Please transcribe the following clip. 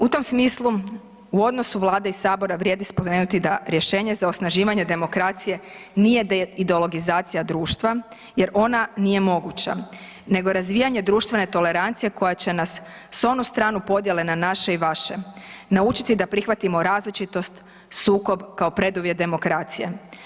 U tom smislu, u odnosu Vlade i sabora vrijedi spomenuti da rješenje za osnaživanje demokracije nije ideologizacija društva jer ona nije moguća, nego razvijanje društvene tolerancije koja će nas s onu stranu podjele na naše i vaše naučiti da prihvatimo različitost, sukob kao preduvjet demokracije.